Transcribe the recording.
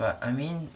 but I mean